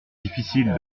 difficile